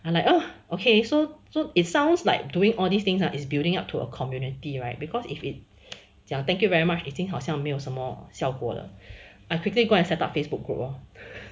and like ah okay so so it sounds like doing all these things is building up to a community right because if it 讲 thank you very much eating 好像没有什么效果了 I quickly go and set up facebook group ah